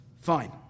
Fine